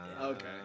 Okay